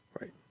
Right